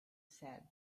said